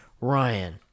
Ryan